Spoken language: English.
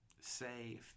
Say